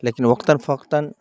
لیکن وقتاً فوقتاً